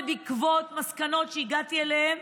זה בעקבות מסקנות שהגעתי אליהן,